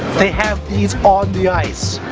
they have these on the ice,